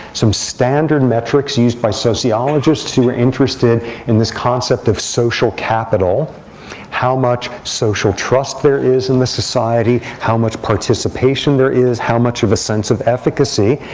some standard metrics used by sociologists who were interested in this concept of social capital how much social trust there is in the society, how much participation there is, how much of a sense of efficacy.